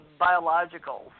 biologicals